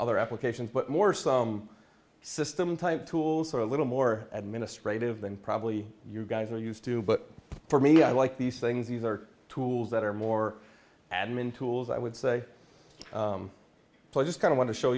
other applications but more some system type tools are a little more administrative than probably you guys are used to but for me i like these things these are tools that are more admin tools i would say play just kind of want to show